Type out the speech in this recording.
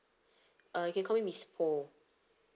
uh you can call me miss poh